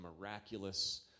miraculous